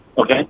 Okay